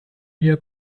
mir